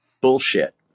Bullshit